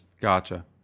Gotcha